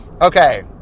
Okay